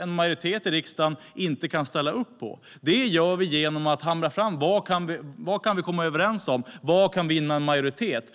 en majoritet i riksdagen troligtvis inte kan ställa upp på, utan det gör vi genom att hamra fram vad vi kan komma överens om och vad som kan vinna majoritet.